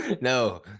No